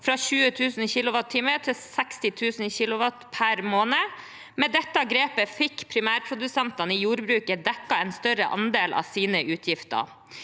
fra 20 000 kWh til 60 000 kWh per måned. Med dette grepet fikk primærprodusentene i jordbruket dekket en større andel av sine utgifter.